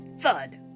thud